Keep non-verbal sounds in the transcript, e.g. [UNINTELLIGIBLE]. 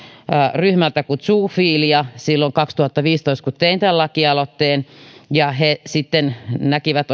ryhmältä kuin zoofilia silloin kaksituhattaviisitoista kun tein tämän lakialoitteen he näkivät [UNINTELLIGIBLE]